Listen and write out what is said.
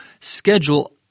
schedule